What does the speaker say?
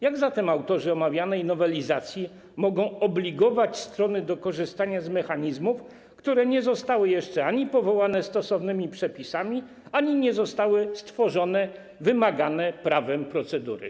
Jak zatem autorzy omawianej nowelizacji mogą obligować strony do korzystania z mechanizmów, które nie zostały jeszcze powołane stosownymi przepisami, w przypadku których nie zostały jeszcze stworzone wymagane prawem procedury?